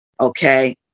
Okay